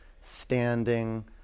standing